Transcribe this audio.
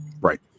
Right